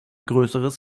größeres